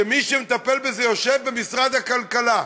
ומי שמטפל בזה יושב במשרד הכלכלה.